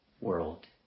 world